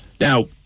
Now